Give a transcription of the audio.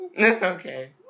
Okay